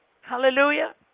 Hallelujah